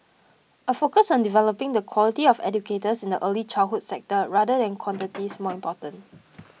a focus on developing the quality of educators in the early childhood sector rather than quantity is more important